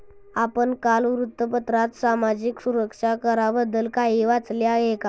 आपण काल वृत्तपत्रात सामाजिक सुरक्षा कराबद्दल काही वाचले का?